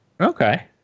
Okay